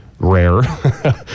rare